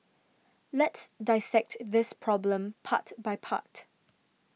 let's dissect this problem part by part